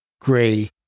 gray